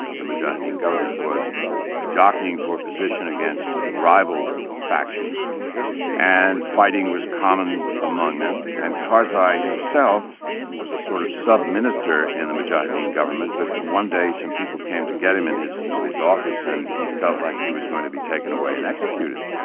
ah the mujaheddin government, was jockeying for position against rival factions and fighting was common among them, and karzai himself was a sort of sub-minister in the mujaheddin government but one day some people came to get him in his in his office and he felt like he was going to be taken away and executed.